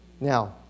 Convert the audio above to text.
Now